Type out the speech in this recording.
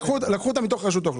לקחו אותם מתוך רשות האוכלוסין.